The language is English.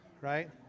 right